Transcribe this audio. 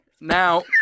Now